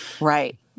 Right